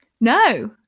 no